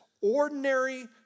ordinary